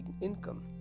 income